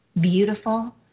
beautiful